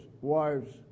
wives